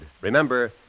remember